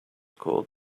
called